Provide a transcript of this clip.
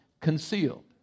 concealed